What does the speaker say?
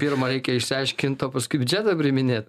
pirma reikia išsiaiškint o paskui biudžetą priiminėt